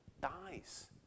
dies